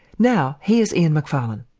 now, here's ian macfarlane.